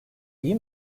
iyi